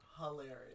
hilarious